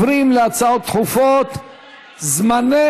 ועוברים להצעות דחופות לסדר-היום מס' 9337,